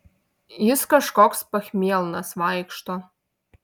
jis kažkoks pachmielnas vaikšto